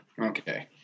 Okay